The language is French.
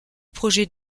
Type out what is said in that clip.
projet